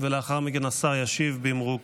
ולאחר מכן השר ישיב במרוכז.